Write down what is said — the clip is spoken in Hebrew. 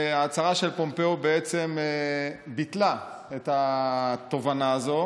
ההצהרה של פומפאו בעצם ביטלה את התובנה הזאת